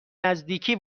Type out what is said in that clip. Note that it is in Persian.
نزدیکی